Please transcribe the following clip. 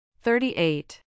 Thirty-eight